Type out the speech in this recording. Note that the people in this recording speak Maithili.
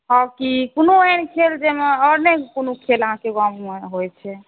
हॉकी कोनो एहन खेल जईमे कोनो और नहि किछ खेल अहाँकेँ गाँवमे होइत छै